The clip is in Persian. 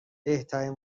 بهترین